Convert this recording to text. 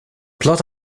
plot